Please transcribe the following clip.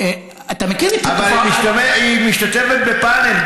אבל היא משתתפת בפאנל.